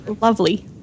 lovely